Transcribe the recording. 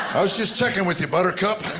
i was just checking with you, buttercup. i